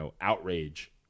outrage